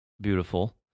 beautiful